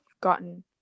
gotten